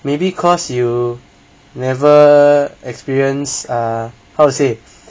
maybe cause you never experience err how to say